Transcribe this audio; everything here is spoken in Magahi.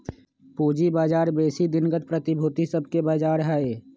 पूजी बजार बेशी दिनगत प्रतिभूति सभके बजार हइ